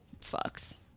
fucks